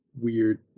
weird